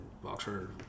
boxer